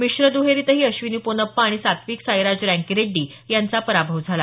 मिश्र दहेरीतही अश्विनी पोनप्पा आणि सात्विकराज रानकीरेड्डी यांचा पराभव झाला